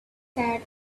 sad